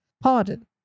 pardon